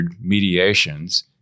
mediations